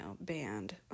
banned